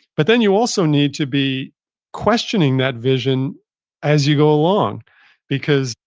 but then you also need to be questioning that vision as you go along because,